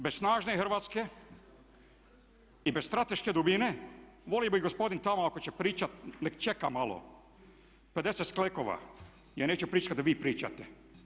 Bez snažne Hrvatske i bez strateške dubine, volio bi gospodin tamo ako će pričati nek čeka malo, 50 sklekova, ja neću pričati kada vi pričate.